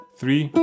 three